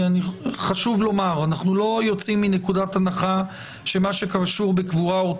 חשוב לומר שאנחנו לא יוצאים מנקודת הנחה שהכול קל